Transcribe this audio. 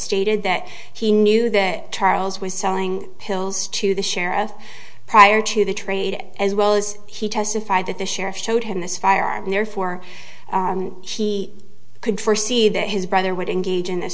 stated that he knew that charles was selling pills to the sheriff prior to the trade as well as he testified that the sheriff showed him this fire and therefore she could for see that his brother would engage in th